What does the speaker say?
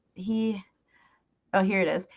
he oh, here it is.